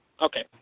Okay